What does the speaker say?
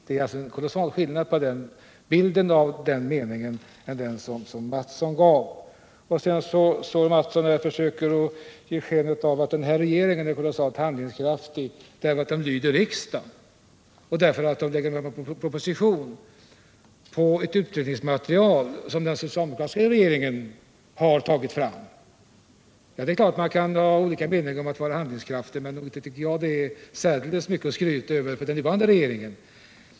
Det är stor skillnad mellan detta och den version av vår reservation som Kjell Mattsson gav. Sedan försökte Kjell Mattsson ge sken av att den nuvarande regeringen är så kolossalt handlingskraftig därför att den lyder riksdagen och därför att den lägger fram en proposition byggd på ett utredningsmaterial som den socialdemokratiska regeringen tog fram. Det är klart att man kan ha olika meningar om vad det innebär att vara handlingskraftig, men inte tycker jag att det finns särdeles mycket att skryta över för den nuvarande regeringen.